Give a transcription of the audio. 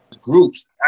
Groups